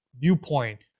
viewpoint